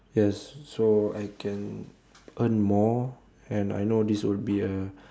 yes so I can earn more and I know this will be a